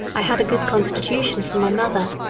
i had a good constitution from my mother,